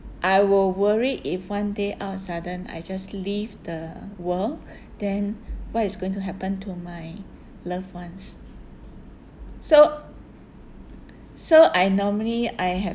I will worry if one day out of sudden I just leave the world then what is going to happen to my loved ones so so I normally I have